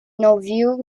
nouveau